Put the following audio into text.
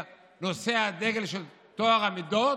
היה נושא הדגל של טוהר המידות